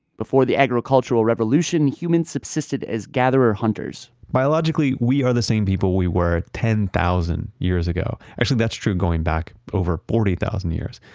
before the agricultural revolution, human subsisted as gatherer-hunters biologically, we are the same people we were ten thousand years ago. actually, that's true going back over forty thousand years.